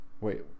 wait